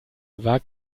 war